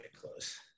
close